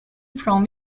from